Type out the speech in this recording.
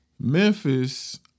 Memphis